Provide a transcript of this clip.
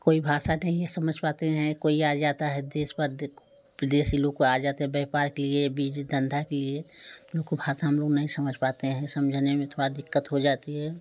कोई भाषा नहीं ये समझ पाते हैं कोई आ जाता है देश परदेशी लोग आ जाते हैं व्यापर के लिए बीज धंधा कि लिए उनको भाषा हम लोग नहीं समझ पाते हैं समझाने में थोड़ा दिक्कत हो जाती है